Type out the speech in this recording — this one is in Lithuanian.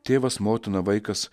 tėvas motina vaikas